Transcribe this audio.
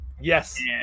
Yes